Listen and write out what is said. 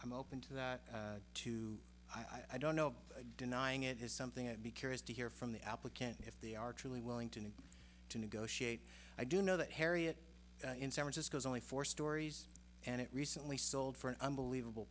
i'm open to that too i don't know denying it is something i'd be curious to hear from the applicant if they are truly willing to negotiate i do know that harriet in san francisco is only four stories and it recently sold for an unbelievable